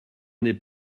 n’est